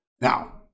Now